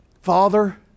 Father